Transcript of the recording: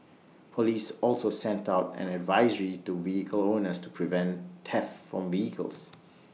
Police also sent out an advisory to vehicle owners to prevent theft from vehicles